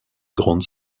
grande